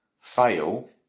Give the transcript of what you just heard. fail